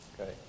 Okay